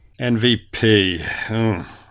MVP